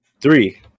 Three